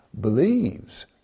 believes